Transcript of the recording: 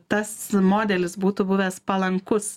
tas modelis būtų buvęs palankus